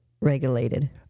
regulated